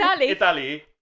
Italy